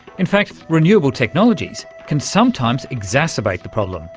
in fact renewable technologies can sometimes exacerbate the problem,